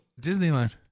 Disneyland